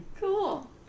Cool